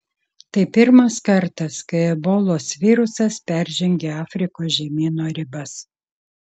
tai pirmas kartas kai ebolos virusas peržengė afrikos žemyno ribas